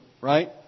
right